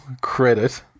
credit